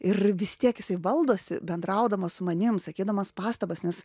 ir vis tiek jisai valdosi bendraudamas su manim sakydamas pastabas nes